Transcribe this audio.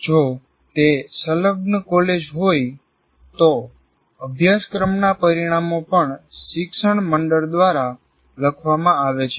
જો તે સંલગ્ન કોલેજ હોયતો અભ્યાસક્રમનાં પરિણામો પણ શિક્ષણ મંડળ દ્વારા લખવામાં આવે છે